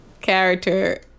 character